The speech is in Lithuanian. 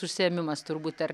užsiėmimas turbūt ar